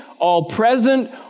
all-present